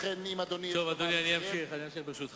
לכן אם אדוני, אדוני, אני אמשיך ברשותך.